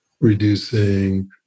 reducing